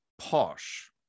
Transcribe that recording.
posh